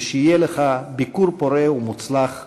ושיהיה לך ביקור פורה ומוצלח אצלנו.